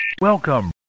Welcome